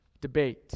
debate